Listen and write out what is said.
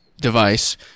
device